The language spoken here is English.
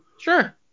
sure